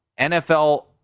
NFL